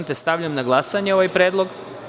Stavljam na glasanje ovaj predlog.